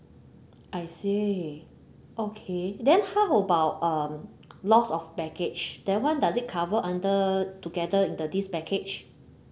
I see okay then how about um loss of baggage that [one] does it cover under together in the this package